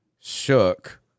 shook